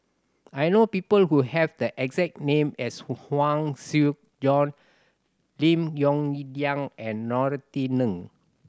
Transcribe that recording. I know people who have the exact name as Huang Shi Joan Lim Yong Liang and Norothy Ng